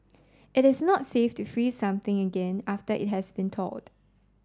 it is not safe to freeze something again after it has been thawed